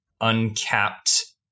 uncapped